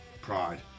Pride